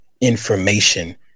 information